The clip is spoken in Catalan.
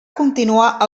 continuar